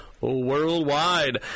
Worldwide